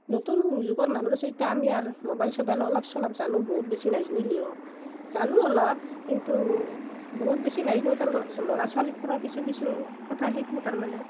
নতুন যুগৰ মানুহ দেছোঁ ইতা আমি আৰ ম'বাইল চ'বাইল অলপ চলপ জানো বহুত বেছি নাজনিলিও জানো অলপ কিন্তু বহুত বেছি নাইজনু ইতা ল'ৰা ছোৱালীৰ পৰাও কিছু কিছু কথা শিখো তাৰমানে